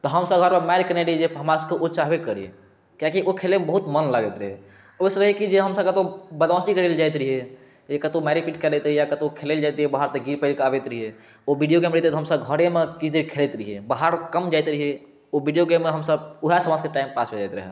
तऽ हमसब घरमे मारि कयने रही जे हमरा सबके ओ चाहबे करी किएकि ओ खेलय मे बहुत मन लागैत रहय ओसब रहय की जे हमसब कतौ बदमासी करय लए जाइत रहियै जे कतौ मारिये पीट करैत रहियै या कतौ खेलय लए जाइत रहियै बाहर तऽ गिर परिके आबैत रहियै ओ विडियो गेम रहै तऽ हमसब घरे मे किछु देर खेलैत रहियै बाहर कम जाइत रहियै ओ विडियो गेममे हमसब वएह से हमरा सबके टाइम पास हो जाइत रहय